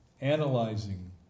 analyzing